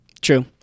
True